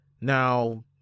Now